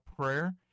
prayer